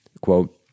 Quote